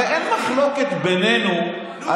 הרי אין מחלוקת בינינו,